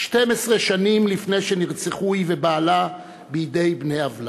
12 שנים לפני שנרצחו היא ובעלה בידי בני עוולה: